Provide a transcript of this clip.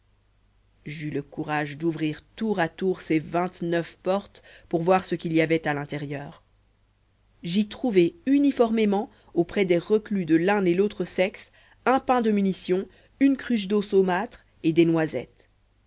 j'eus le courage d'ouvrir tour à tour ces vingt-neuf portes pour voir ce qu'il y avait à l'intérieur j'y trouvai uniformément auprès des reclus de l'un et l'autre sexe un pain de munition une cruche d'eau saumâtre et des noisettes